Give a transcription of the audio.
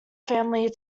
friendly